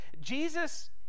Jesus